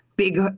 big